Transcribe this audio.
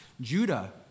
Judah